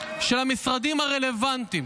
של המשרדים הרלוונטיים